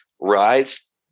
rides